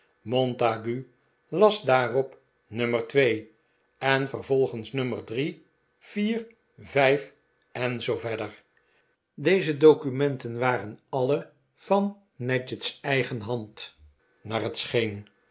montague las daarop nummer twee en volgens nummer drie vier vijf en zoo verder deze documenten waren alle van nadgett's eigen hand naar het scheen